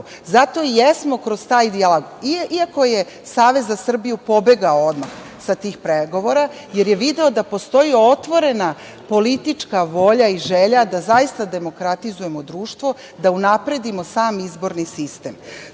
Zato i jesmo kroz taj dijalog, iako je Savez za Srbiju pobegao odmah sa tih pregovora, jer je video da postoji otvorena politička volja i želja da zaista demokratizujemo društvo, da unapredimo sam izborni sistem. Šta